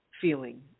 feeling